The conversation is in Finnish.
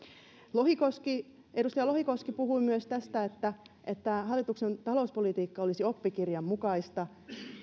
edustaja lohikoski puhui myös tästä että että hallituksen talouspolitiikka olisi oppikirjan mukaista